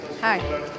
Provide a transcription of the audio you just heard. hi